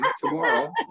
Tomorrow